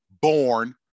born